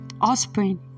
offspring